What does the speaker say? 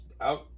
out